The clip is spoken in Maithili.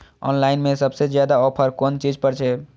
ऑनलाइन में सबसे ज्यादा ऑफर कोन चीज पर छे?